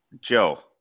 Joe